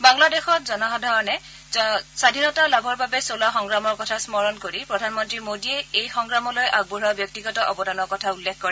বাংলাদেশৰ জনসাধাৰণে স্বধীনতা লাভৰ বাবে চলোৱা সংগ্ৰামৰ কথা স্মৰণ কৰি প্ৰধানমন্ত্ৰী মোদীয়ে সেই সংগ্ৰামলৈ আগবঢ়োৱা ব্যক্তিগত অৱদানৰ কথা উল্লেখ কৰে